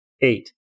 eight